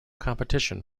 competition